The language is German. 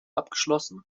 abgeschlossen